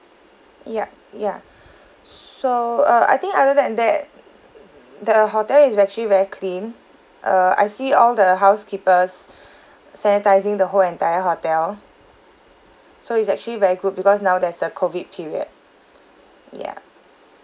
ya ya so uh I think other than that the hotel is actually very clean uh I see all the housekeepers sanitising the whole entire hotel so it's actually very good because now there's the COVID period ya